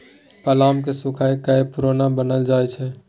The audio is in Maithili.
प्लम केँ सुखाए कए प्रुन बनाएल जाइ छै